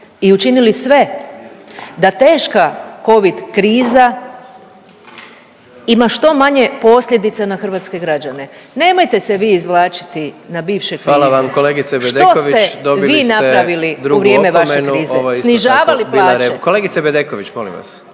i učinili sve da teška Covid kriza ima što manje posljedica na hrvatske građane. Nemojte se vi izvlačiti na bivše krize. …/Upadica predsjednik: Hvala vam kolegice Bedeković./… Što